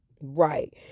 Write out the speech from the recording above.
Right